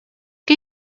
què